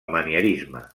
manierisme